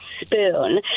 spoon